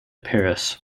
paris